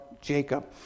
Jacob